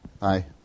Hi